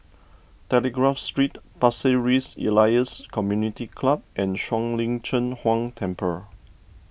Telegraph Street Pasir Ris Elias Community Club and Shuang Lin Cheng Huang Temple